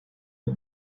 the